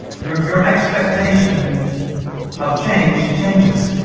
your your expectation of change changes.